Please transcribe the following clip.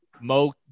Mo